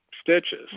stitches